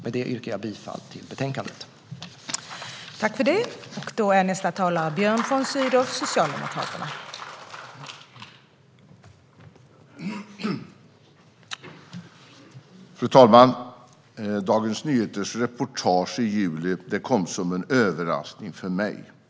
Med det yrkar jag bifall till utskottets förslag i betänkandet.